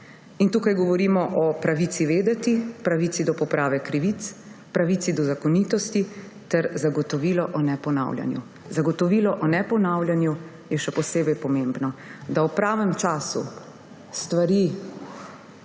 Tukaj govorimo o pravici vedeti, pravici do poprave krivic, pravici do zakonitosti ter zagotovilu o neponavljanju. Zagotovilo o neponavljanju je še posebej pomembno, da v pravem času stvari